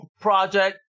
project